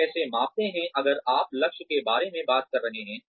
आप कैसे मापते हैं अगर आप लक्ष्य के बारे में बात कर रहे हैं